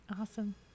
Awesome